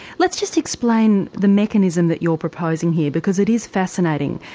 let's just explain the mechanism that you're proposing here because it is fascinating.